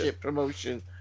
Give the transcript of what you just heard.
promotion